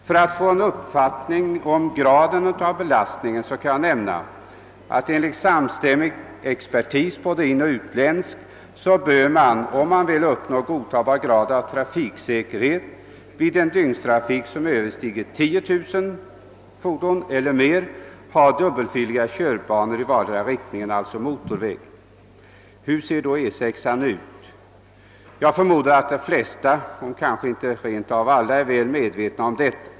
För att få en uppfattning om graden av belastning kan nämnas att enligt samstämmig såväl inländsk som utländsk expertis bör man, om man vill uppnå en godtagbar grad av trafiksäkerhet vid en tung trafik som överstiger 10000 fordon, ha dubbelfiliga körbanor i vardera riktningen, alltså motorväg. Hur ser då E 6 ut? Jag förmodar att de flesta, om kanske inte rent av alla, är väl medvetna om detta..